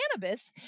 cannabis